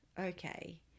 Okay